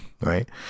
right